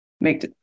make